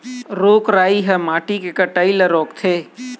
रूख राई ह माटी के कटई ल रोकथे